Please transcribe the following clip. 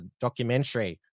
documentary